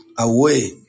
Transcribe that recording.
away